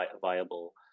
viable